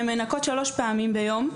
הן מנקות שלוש פעמים ביום.